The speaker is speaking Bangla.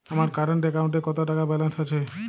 আমার কারেন্ট অ্যাকাউন্টে কত টাকা ব্যালেন্স আছে?